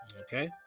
Okay